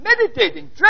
meditating